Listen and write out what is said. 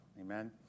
Amen